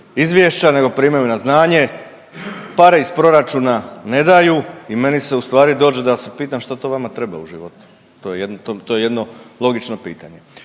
izvješća nego primaju na znanje, pare iz proračuna ne daju i meni se ustvari dođe da se pitam što to vama treba u životu? To je jedino logično pitanje.